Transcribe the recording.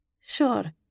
Sure